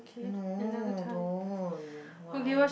no don't why